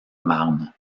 marne